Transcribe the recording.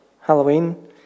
Halloween